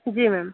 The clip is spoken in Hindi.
जी मैम